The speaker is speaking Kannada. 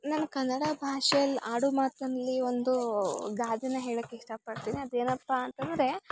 ನನ್ನ ಕನ್ನಡ ಭಾಷೇಲಿ ಆಡು ಮಾತಿನಲ್ಲಿ ಒಂದು ಗಾದೆ ಹೇಳೋಕ್ ಇಷ್ಟ ಪಡ್ತೀನಿ ಅದೇನಪ್ಪ ಅಂತ ಅಂದರೆ